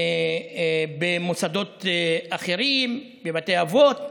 במוסדות אחרים, בבתי אבות.